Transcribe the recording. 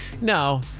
No